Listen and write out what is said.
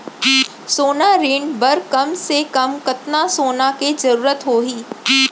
सोना ऋण बर कम से कम कतना सोना के जरूरत होही??